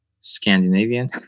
Scandinavian